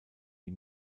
die